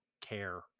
care